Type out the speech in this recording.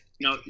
No